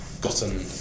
gotten